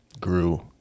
grew